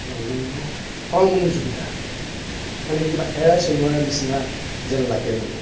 অমনোযোগিতা মানে কিবা এৰাই চলোৱাৰ নিচিনা যেন লাগে মোৰো